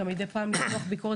גם מדי פעם למתוח ביקורת,